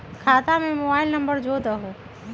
खाता में mobile number जोड़ दहु?